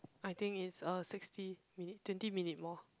I think it's uh sixty minute twenty minute more